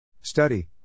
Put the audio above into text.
Study